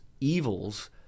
evils